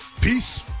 Peace